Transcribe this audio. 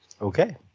Okay